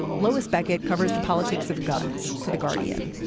lois beckett covers the politics of guns for the guardian.